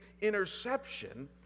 interception